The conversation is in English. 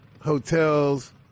hotels